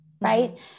right